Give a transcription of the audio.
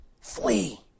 flee